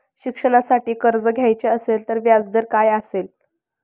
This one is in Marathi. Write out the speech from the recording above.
शिक्षणासाठी कर्ज घ्यायचे असेल तर व्याजदर काय असेल?